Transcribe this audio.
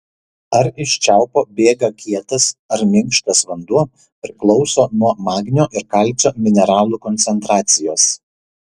ar iš čiaupo bėga kietas ar minkštas vanduo priklauso nuo magnio ir kalcio mineralų koncentracijos